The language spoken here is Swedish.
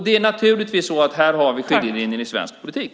Det är naturligtvis här vi har skiljelinjen i svensk politik.